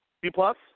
B-plus